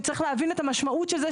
וצריך להבין את המשמעות של זה,